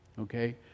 okay